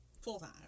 Full-time